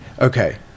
Okay